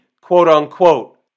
quote-unquote